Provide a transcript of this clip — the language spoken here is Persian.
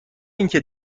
اینکه